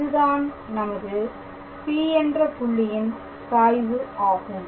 இதுதான் நமது P என்ற புள்ளியின் சாய்வு ஆகும்